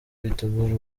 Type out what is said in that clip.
bitegura